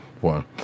one